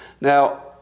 Now